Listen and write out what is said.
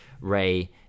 Ray